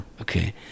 Okay